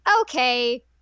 okay